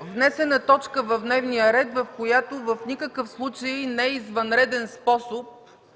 внесена точка в дневния ред, която в никакъв случай не е извънреден способ,